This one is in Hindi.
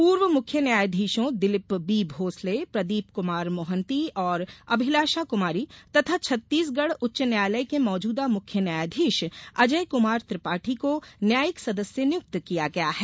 पूर्व मुख्य न्यायाधीशों दिलीप बी भोसले प्रदीप कुमार मोहंती और अभिलाषा कुमारी तथा छत्तीसगढ़ उंच्च न्यायालय के मौजूदा मुख्य न्यायाधीश अजय कमार त्रिपाठी को न्यायिक सदस्य नियुक्त किया गया है